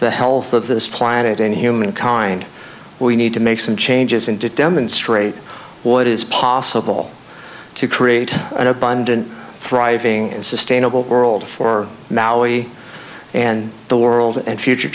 the health of this planet and humankind we need to make some changes and to demonstrate what is possible to create an abundant thriving and sustainable world for maui and the world and future